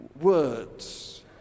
words